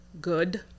good